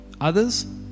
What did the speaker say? others